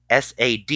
SAD